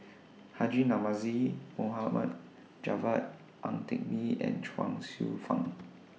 Haji Namazie Mohd Javad Ang Teck Bee and Chuang Hsueh Fang